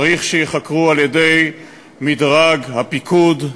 צריך שייחקרו על-ידי מדרג הפיקוד,